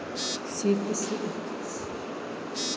sheep shearing मे भेराक उनी चाम काटल जाइ छै